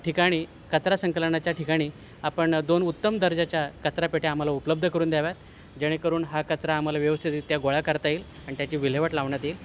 ठिकाणी कचरा संकलनाच्या ठिकाणी आपण दोन उत्तम दर्जाच्या कचरापेट्या आम्हाला उपलब्ध करून द्याव्यात जेणेकरून हा कचरा आम्हाला व्यवस्थितरित्या आम्हाला गोळा करता येईल आणि त्याची विल्हेवाट लावण्यात येईल